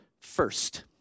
first